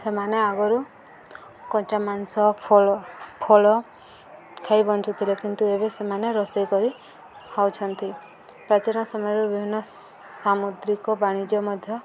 ସେମାନେ ଆଗରୁ କଞ୍ଚା ମାଂସ ଫଳ ଫଳ ଖାଇ ବଞ୍ଚୁଥିଲେ କିନ୍ତୁ ଏବେ ସେମାନେ ରୋଷେଇ କରି ହଉଛନ୍ତି ପ୍ରାଚୀନ ସମୟରୁ ବିଭିନ୍ନ ସାମୁଦ୍ରିକ ବାଣିଜ୍ୟ ମଧ୍ୟ